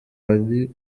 hari